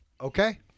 Okay